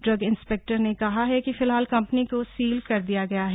drug inspector ने कहा कि फिलहाल कंपनी को सील कर दिया गया है